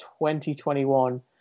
2021